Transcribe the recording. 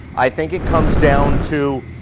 i think it comes down to